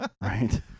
right